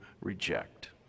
reject